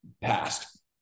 passed